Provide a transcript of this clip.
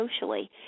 socially